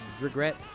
regret